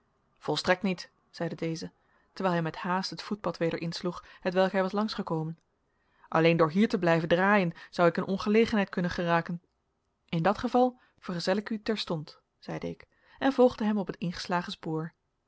volstrekt niet zeide deze terwijl hij met haast het voetpad weder insloeg hetwelk hij was langs gekomen alleen door hier te blijven draaien zou ik in ongelegenheid kunnen geraken in dat geval vergezel ik u terstond zeide ik en volgde hem op het ingeslagen spoor